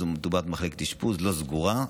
מדובר במחלקת אשפוז לא סגורה,